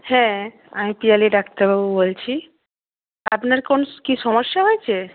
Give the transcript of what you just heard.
হ্যাঁ আমি পিয়ালী ডাক্তারবাবু বলছি আপনার কোন কি সমস্যা হয়েছে